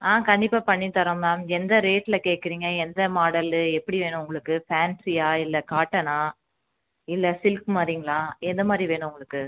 ஆ கண்டிப்பாக பண்ணி தரோம் மேம் எந்த ரேட்டில் கேட்குறீங்க எந்த மாடலு எப்படி வேணும் உங்களுக்கு ஃபேன்சியா இல்லை காட்டனா இல்லை சில்க் மாதிரிங்களா எந்த மாதிரி வேணும் உங்களுக்கு